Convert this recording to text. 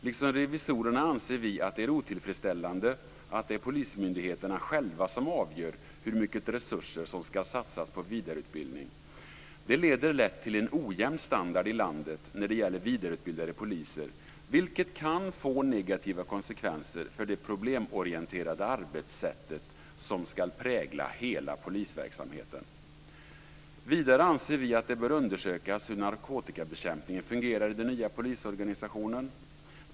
Liksom revisorerna anser vi att det är otillfredsställande att det är polismyndigheterna själva som avgör hur mycket resurser som ska satsas på vidareutbildning. Det leder lätt till en ojämn standard i landet när det gäller vidareutbildade poliser, vilket kan få negativa konsekvenser för det problemorienterade arbetssätt som ska prägla hela polisverksamheten. Vidare anser vi att det bör undersökas hur narkotikabekämpningen fungerar i den nya polisorganisationen.